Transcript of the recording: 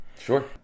Sure